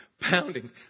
pounding